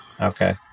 Okay